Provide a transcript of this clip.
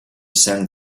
send